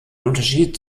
unterschied